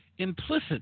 ...implicit